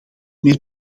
meer